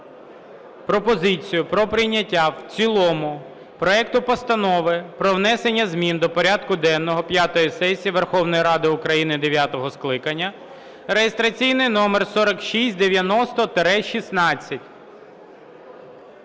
пропозицію про прийняття в цілому проекту Постанови про внесення змін до порядку денного п'ятої сесії Верховної Ради України дев'ятого скликання (реєстраційний номер 4690-16).